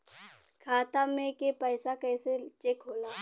खाता में के पैसा कैसे चेक होला?